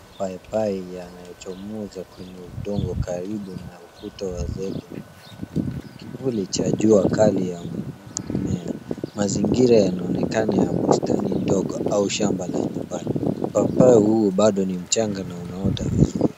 Paipai yanayochomoza kwenye udongo karibu na ukuta wa zege na chuma. Kivuli wa jua kali ya mmea. Mazingira yanaonekana ya bustani ndogo au shamba la nyumbani. Paipai huu bado ni mchanga na unaota vizuri.